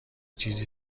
چیزی